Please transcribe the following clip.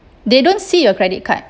they don't see your credit card